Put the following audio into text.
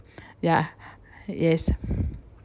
ya yes